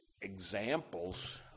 examples